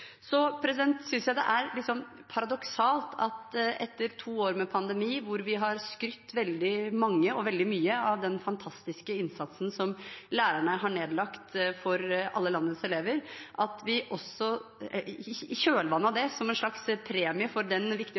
Så synes jeg det er litt paradoksalt at etter to år med pandemi, hvor veldig mange har skrytt veldig mye av den fantastiske innsatsen som lærerne har nedlagt for alle landets elever, i kjølvannet av det som en slags premie for den viktige